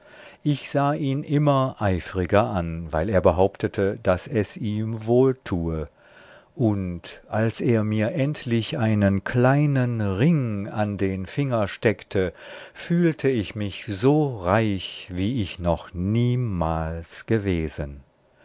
ich sah ihn immer eifriger an weil er behauptete daß es ihm wohltue und als er mir endlich einen kleinen ring an den finger steckte fühlte ich mich so reich wie ich noch niemals gewesen